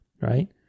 right